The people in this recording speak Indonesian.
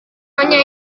hanya